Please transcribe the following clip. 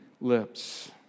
lips